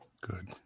Good